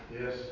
Yes